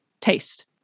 taste